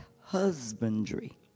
husbandry